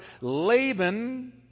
Laban